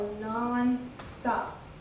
non-stop